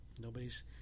Nobody's